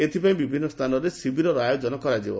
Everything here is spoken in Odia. ଏଥିପାଇଁ ବିଭିନ୍ତ ସ୍ରାନରେ ଶିବିରର ଆୟୋଜନ କରାଯିବ